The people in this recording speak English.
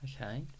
Okay